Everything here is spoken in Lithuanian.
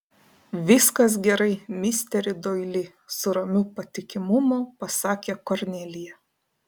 viskas gerai misteri doili su ramiu patikimumu pasakė kornelija